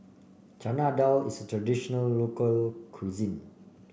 Chana Dal is a traditional local cuisine